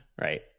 Right